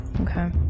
Okay